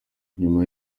nyuma